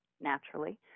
naturally